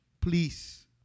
Please